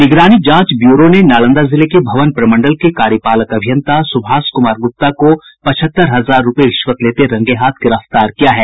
निगरानी जांच ब्यूरो ने नालंदा जिले के भवन प्रमंडल के कार्यपालक अभियंता सुभाष कुमार ग्रप्ता को पचहत्तर हजार रूपये रिश्वत लेते रंगे हाथ गिरफ्तार किया है